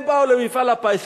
הם באו למפעל הפיס,